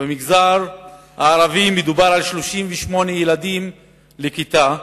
במגזר הערבי מדובר על 38 ילדים בכיתה,